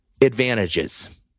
advantages